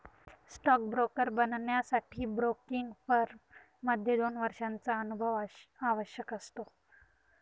stock broker बनण्यासाठी broking firm मध्ये दोन वर्षांचा अनुभव आवश्यक असतो